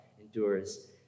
endures